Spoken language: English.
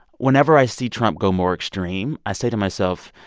whenever i see trump go more extreme, i say to myself,